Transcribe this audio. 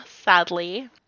sadly